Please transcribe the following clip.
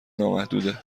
نامحدوده